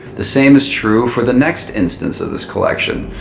the same is true for the next instance of this collection.